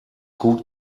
gut